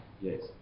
yes